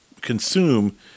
consume